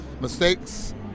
Mistakes